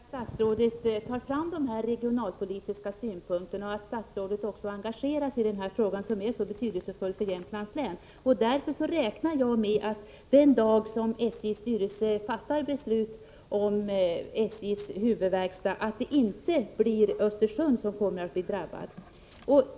Herr talman! Jag är mycket glad över att statsrådet tar fram de regionalpolitiska synpunkterna och att han engagerar sig i den här frågan, som är så betydelsefull för Jämtlands län. Därför räknar jag med att det den dag som SJ:s styrelse fattar sitt beslut om SJ:s huvudverkstad inte blir Östersund som kommer att drabbas.